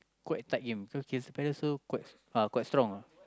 quite a tight game cause Crystal-Palace also quite uh quite strong ah